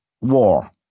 war